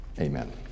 amen